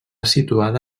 situada